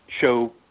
show